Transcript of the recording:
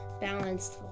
balanced